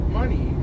money